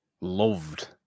loved